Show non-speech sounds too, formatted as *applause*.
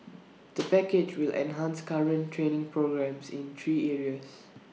*noise* the package will enhance current training programmes in three areas